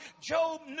Job